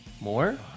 More